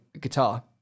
guitar